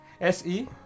S-E